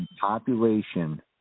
population